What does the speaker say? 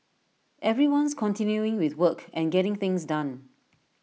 everyone's continuing with work and getting things done